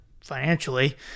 financially